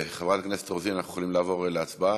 חברת הכנסת רוזין, אנחנו יכולים לעבור להצבעה?